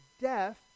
death